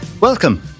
welcome